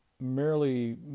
merely